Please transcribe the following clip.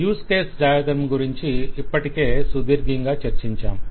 use case diagram గురించి ఇప్పటికే సుదీర్ఘంగా చర్చించాము